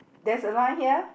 there's a line here